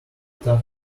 after